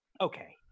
okay